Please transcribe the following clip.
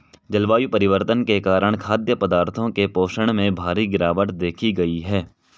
जलवायु परिवर्तन के कारण खाद्य पदार्थों के पोषण में भारी गिरवाट देखी गयी है